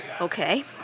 Okay